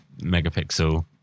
megapixel